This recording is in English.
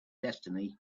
destiny